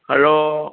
hello